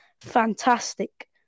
fantastic